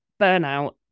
burnout